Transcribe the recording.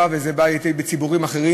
וזה בא לידי ביטוי מציבורים אחרים,